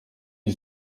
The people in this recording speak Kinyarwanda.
iyo